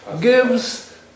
gives